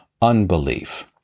unbelief